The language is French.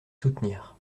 soutenir